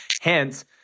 Hence